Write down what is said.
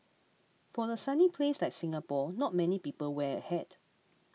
for a sunny place like Singapore not many people wear a hat